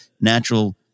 natural